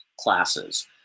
classes